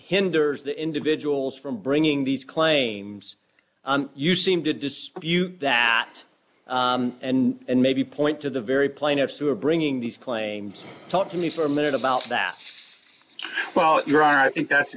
hinders the individuals from bringing these claims you seem to dispute that and maybe point to the very plaintiffs who are bringing these claims talked to me for a minute about that